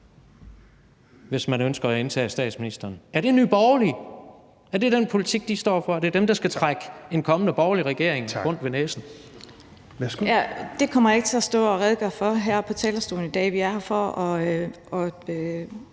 hvis man ønsker at indtage statsministerposten. Er det Nye Borgerlige? Er det den politik, de står for? Er det dem, der skal trække en kommende borgerlig regering rundt ved næsen? Kl. 13:40 Fjerde næstformand (Rasmus Helveg Petersen): Værsgo. Kl.